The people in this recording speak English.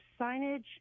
signage